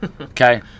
okay